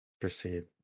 Proceed